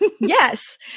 yes